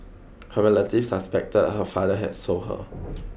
her relatives suspected her father had sold her